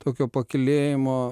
tokio pakylėjimo